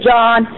John